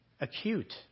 acute